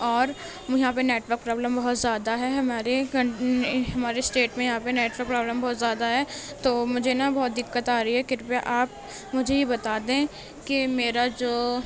اور یہاں پہ نیٹ ورک پروبلم بہت زیادہ ہے ہمارے ہمارے اسٹیٹ میں یہاں پہ نیٹ ورک پروبلم بہت زیادہ ہے تو مجھے نا بہت دقت آرہی ہے کرپیا آپ مجھے یہ بتا دیں کہ میرا جو